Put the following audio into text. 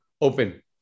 open